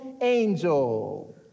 angel